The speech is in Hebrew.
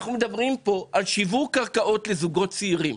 אנחנו מדברים פה על שיווק קרקעות לזוגות צעירים.